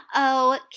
Okay